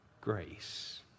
Grace